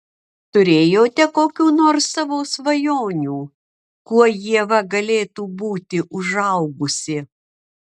turėjote kokių nors savo svajonių kuo ieva galėtų būti užaugusi